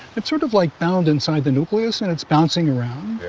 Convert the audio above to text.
it's sort of like bound inside the nucleus and it's bouncing around.